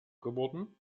geworden